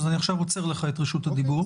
אז אני עכשיו עוצר לך את רשות הדיבור.